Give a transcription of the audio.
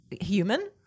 human